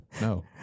No